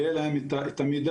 יהיה להם את המידע,